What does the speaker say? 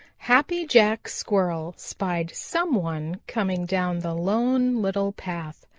happy jack squirrel spied some one coming down the lone little path.